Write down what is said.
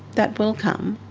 that will come.